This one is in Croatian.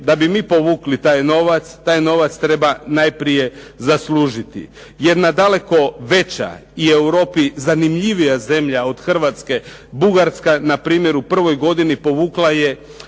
da bi mi povukli taj novac, taj novac treba najprije zaslužiti. Jer nadaleko veća i Europi zanimljivija zemlja od Hrvatske Bugarska npr. u prvoj godini povukla je